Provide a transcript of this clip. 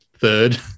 third